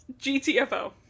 GTFO